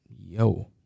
yo